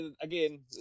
again